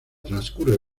transcurre